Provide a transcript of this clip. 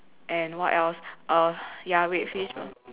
and what else uh ya wait fishball